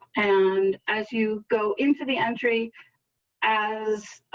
and as you go into the entry as